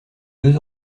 deux